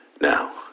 Now